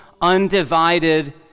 undivided